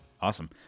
Awesome